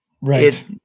Right